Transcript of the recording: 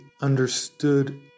understood